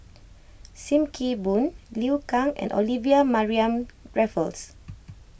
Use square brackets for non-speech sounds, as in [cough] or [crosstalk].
Sim Kee Boon Liu Kang and Olivia Mariamne Raffles [noise]